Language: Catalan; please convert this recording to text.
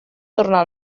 tornar